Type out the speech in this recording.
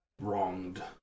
wronged